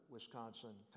Wisconsin